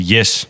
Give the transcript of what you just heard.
Yes